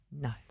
No